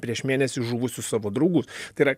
prieš mėnesį žuvusius savo draugus tai yra